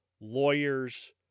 lawyers